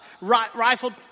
rifled